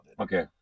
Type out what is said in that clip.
Okay